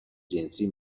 جنسی